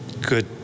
good